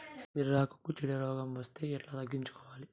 సిరాకుకు చీడ రోగం వస్తే ఎట్లా తగ్గించుకోవాలి?